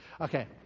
Okay